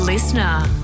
Listener